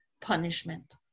punishment